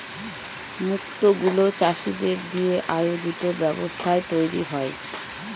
মুক্ত গুলো চাষীদের দিয়ে আয়োজিত ব্যবস্থায় তৈরী হয়